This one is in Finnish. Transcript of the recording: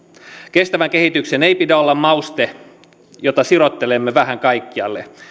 kestävän kehityksen ei pidä olla mauste jota sirottelemme vähän kaikkialle